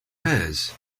hers